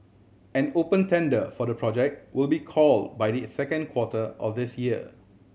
an open tender for the project will be call by the second quarter of this year